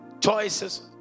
Choices